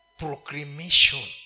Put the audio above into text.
proclamation